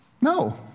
No